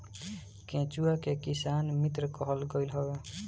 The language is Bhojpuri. केचुआ के किसान मित्र कहल गईल हवे